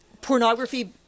pornography